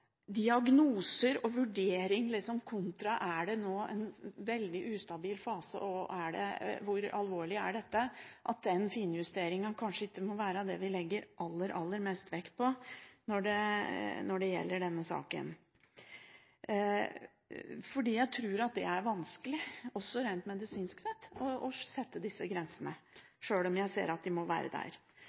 diagnoser og vurdering – om det er en veldig ustabil fase, og hvor alvorlig dette er – kanskje ikke må være det vi legger aller mest vekt på når det gjelder denne saken. For jeg tror at det er vanskelig, også rent medisinsk, å sette disse grensene, sjøl om jeg ser at de må være der.